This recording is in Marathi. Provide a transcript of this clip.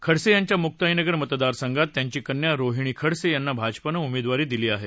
खडसे यांच्या मुक्ताई नगर मतदारसंघात त्यांची कन्या रोहिणी खडसे यांना भाजपानं उमेदवारी दिली आहे